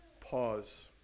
Pause